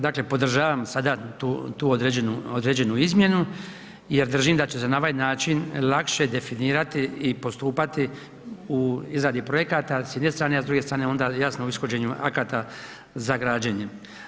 Dakle, podržavam sada tu određenu izmjenu jer držim da će se na ovaj način lakše definirati i postupati u izradi projekata s jedne strane, a s druge strane onda jasno o ishođenju akata za građenjem.